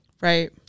Right